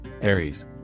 Aries